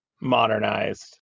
modernized